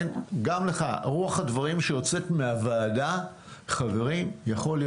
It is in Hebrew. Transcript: רוח הדברים שיוצאת מהוועדה היא שיכול להיות